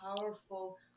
powerful